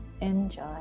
enjoy